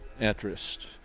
interest